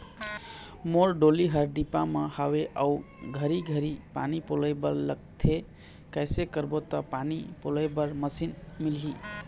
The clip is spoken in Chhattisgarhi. मोर डोली हर डिपरा म हावे अऊ घरी घरी पानी पलोए बर लगथे कैसे करबो त पानी पलोए बर मशीन मिलही?